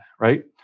right